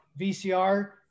VCR